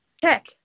Check